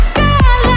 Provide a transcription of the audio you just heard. girl